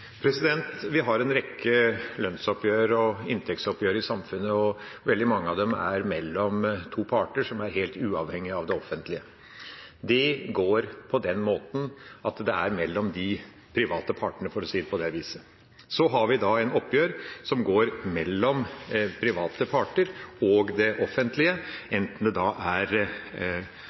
Vi har en rekke lønnsoppgjør og inntektsoppgjør i samfunnet, og veldig mange av dem er mellom to parter som er helt uavhengige av det offentlige. De går på den måten at det er mellom de private partene, for å si det på det viset. Så har vi oppgjør som er mellom private parter og det offentlige, enten det er